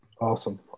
awesome